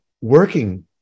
working